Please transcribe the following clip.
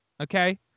okay